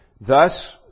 Thus